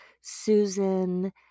Susan